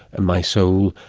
and my soul,